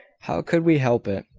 how could we help it?